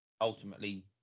ultimately